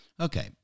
Okay